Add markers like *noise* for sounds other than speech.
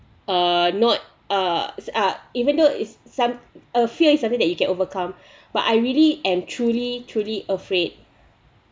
err not err it's uh even though is some a fear is something that you can overcome *breath* but I really and truly truly afraid